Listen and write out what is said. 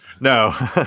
No